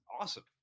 awesome